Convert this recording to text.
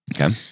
Okay